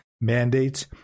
mandates